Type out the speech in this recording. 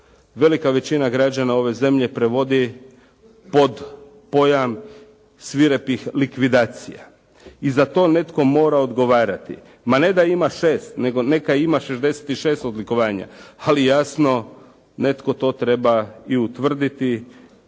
velika većina građana ove zemlje prevodi pod pojam svirepih likvidacija. I za to netko mora odgovarati. Ma ne da ima 6, nego neka ima 66 odlikovanja, ali jasno, netko to treba i utvrditi